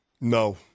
No